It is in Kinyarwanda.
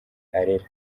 arera